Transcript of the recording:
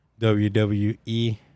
WWE